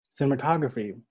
cinematography